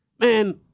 Man